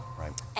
Right